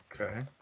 Okay